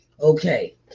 Okay